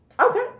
Okay